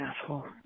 asshole